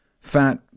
fat